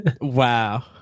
wow